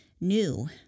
new